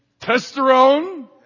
testosterone